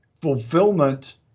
fulfillment